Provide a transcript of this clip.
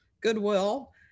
goodwill